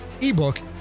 ebook